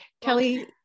Kelly-